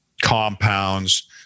compounds